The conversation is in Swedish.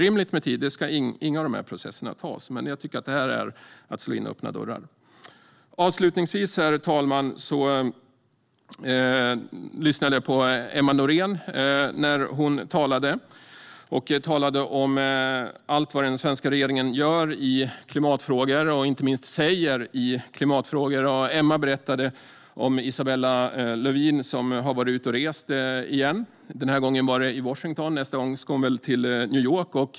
Inga processer ska ta orimligt lång tid, men jag tycker att detta är att slå in öppna dörrar. Avslutningsvis, herr talman! Jag lyssnade på Emma Nohrén. Hon talade om allt vad den svenska regeringen gör i klimatfrågor och inte minst säger i klimatfrågor. Emma berättade om Isabella Lövin, som har varit ute och rest igen. Den här gången var det Washington. Nästa gång ska hon väl till New York.